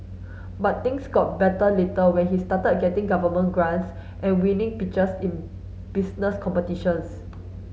but things got better later when he started getting government grants and winning pitches in business competitions